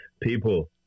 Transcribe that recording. people